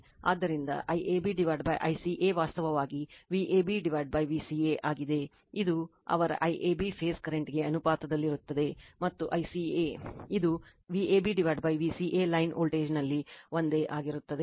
ಆದ್ದರಿಂದ IAB ICA ವಾಸ್ತವವಾಗಿ VabVca ಆಗಿದೆ ಇದು ಅವರ IAB ಫೇಸ್ ಕರೆಂಟ್ ಗೆ ಅನುಪಾತದಲ್ಲಿರುತ್ತದೆ ಮತ್ತು ICA ಇದು VabVca ಲೈನ್ ವೋಲ್ಟೇಜ್ನಲ್ಲಿ ಒಂದೇ ಆಗಿರುತ್ತದೆ